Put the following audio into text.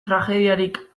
tragediarik